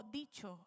dicho